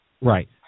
Right